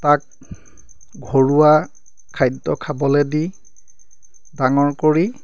তাক ঘৰুৱা খাদ্য খাবলৈ দি ডাঙৰ কৰি